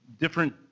different